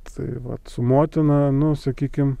tai vat su motina nu sakykim